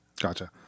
Gotcha